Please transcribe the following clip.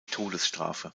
todesstrafe